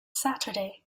saturday